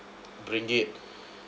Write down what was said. bring it